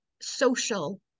social